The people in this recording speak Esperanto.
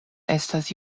estas